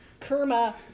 Karma